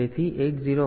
તો આ વાત છે